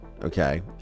Okay